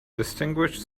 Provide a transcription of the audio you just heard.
distinguished